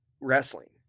wrestling